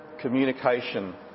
communication